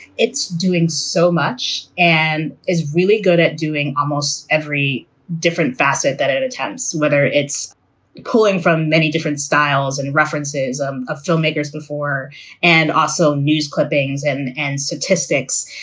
it's doing so much and is really good at doing almost every different facet that it attempts, whether it's calling from many different styles and references um of filmmakers before and also news clippings and and statistics.